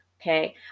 Okay